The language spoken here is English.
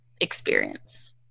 experience